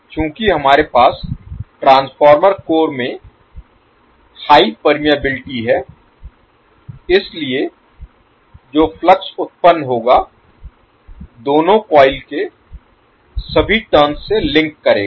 चूंकि हमारे पास ट्रांसफार्मर कोर में हाई परमेयबिलिटी है इसलिए जो फ्लक्स उत्पन्न होगा दोनों कॉइल के सभी टर्न्स से लिंक करेगा